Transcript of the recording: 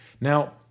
Now